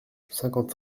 cinquante